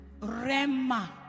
Rema